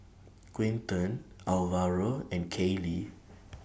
Quinten Alvaro and Kaylie